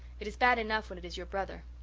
it is bad enough when it is your brother.